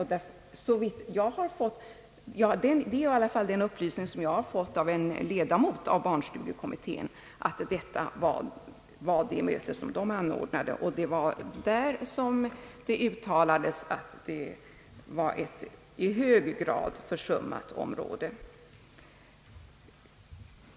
Det är i alla fall den upplysning jag fått från en ledamot av barnstugeutredningen, att detta var det möte som man anordnat och att det var där man uttalat att forskningen var ett i hög grad försummat område.